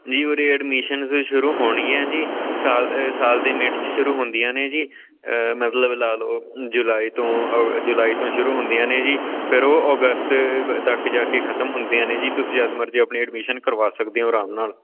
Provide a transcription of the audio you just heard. ਜੀ ਉਰੇ ਐਡਮੀਸ਼ਨਜ਼ ਸ਼ੁਰੂ ਹੋਣੀਆਂ ਜੀ ਸਾਲ ਸਾਲ ਦੇ ਮਿਡ 'ਚ ਸ਼ੁਰੂ ਹੁੰਦੀਆਂ ਨੇ ਜੀ ਮਤਲਬ ਲਾ ਲਉ ਜੁਲਾਈ ਤੋਂ ਜੁਲਾਈ ਤੋਂ ਸ਼ੁਰੂ ਹੁੰਦੀਆਂ ਨੇ ਜੀ ਫਿਰ ਉਹ ਅਗਸਤ ਤੱਕ ਜਾ ਕੇ ਖਤਮ ਹੁੰਦੀਆਂ ਨੇ ਜੀ ਤੁਸੀਂ ਜਦ ਮਰਜ਼ੀ ਆਪਣੀ ਐਡਮਿਸ਼ਨ ਕਰਵਾ ਸਕਦੇ ਹੋ ਆਰਾਮ ਨਾਲ